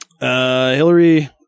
Hillary